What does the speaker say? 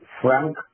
frank